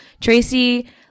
tracy